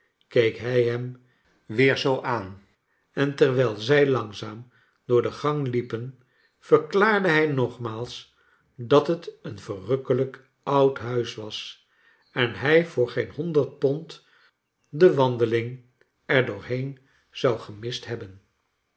keek hij hem weer zoo aan en terwijl zij langzaam door de gang liepen verklaarde hij nogmaals dat het een verrukkelijk oud huis was en hij voor geen honderd pond de wandeling er doorheen zou gemist hebben